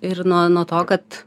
ir nuo nuo to kad